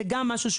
זה גם חשוב.